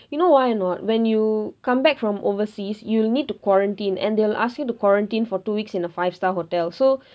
you know why or not when you come back from overseas you need to quarantine and they'll ask you to quarantine for two weeks in a five star hotel so